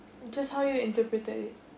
just how you interpret it